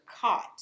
caught